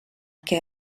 que